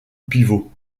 pivot